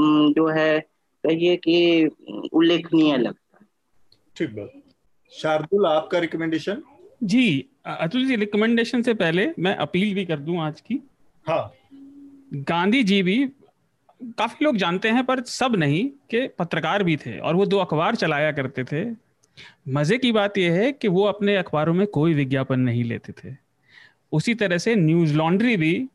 जो है, कहिए कि, उल्लेखनीय लगता है। ठीक बात। शार्दुल, आपका recommendation? जी, अ- अतुल जी, recommendation से पहले मैं appeal भी कर दूं आज की। हाँ। गांधी जी भी, काफी लोग जानते हैं पर सब नहीं, कि पत्रकार भी थे और वो दो अखबार चलाया करते थे। मजे की बात ये है कि वो अपने अखबारों में कोई विज्ञापन नहीं लेते थे। उसी तरह से न्यूज़ लॉन्ड्री भी